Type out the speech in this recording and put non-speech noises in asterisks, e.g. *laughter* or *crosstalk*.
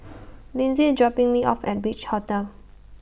*noise* Linzy IS dropping Me off At Beach Hotel